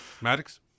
Maddox